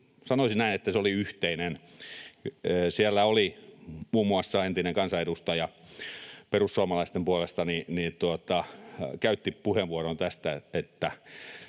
sanoisin näin, yhteinen. Siellä muun muassa entinen kansanedustaja perussuomalaisten puolesta käytti puheenvuoron tästä ja